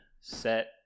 set